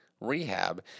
rehab